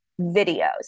videos